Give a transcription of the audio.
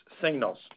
signals